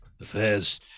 affairs